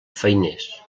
feiners